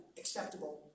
acceptable